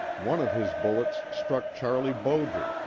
one of his bullets struck charlie bowdre,